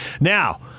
Now